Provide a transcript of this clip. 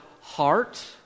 heart